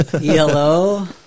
Yellow